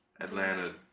Atlanta